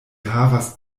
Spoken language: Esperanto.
havas